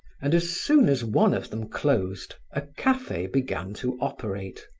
and as soon as one of them closed, a cafe began to operate.